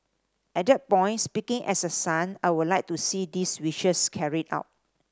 at the point speaking as a son I would like to see these wishes carried out